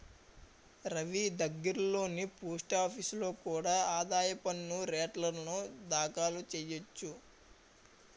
రవీ దగ్గర్లోని పోస్టాఫీసులో కూడా ఆదాయ పన్ను రేటర్న్లు దాఖలు చెయ్యొచ్చు